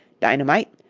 dynamite.